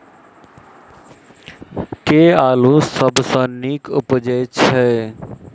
केँ आलु सबसँ नीक उबजय छै?